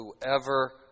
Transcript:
Whoever